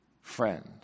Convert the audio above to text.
friend